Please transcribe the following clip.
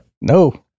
No